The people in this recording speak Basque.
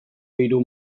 hiru